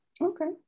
Okay